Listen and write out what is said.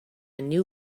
new